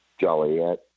Joliet